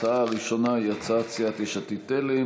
ההצעה הראשונה היא הצעת סיעת יש עתיד-תל"ם,